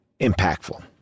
impactful